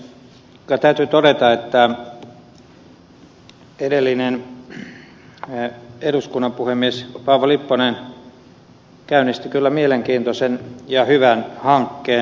kyllä täytyy todeta että edellinen eduskunnan puhemies paavo lipponen käynnisti kyllä mielenkiintoisen ja hyvän hankkeen